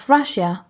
Russia